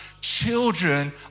children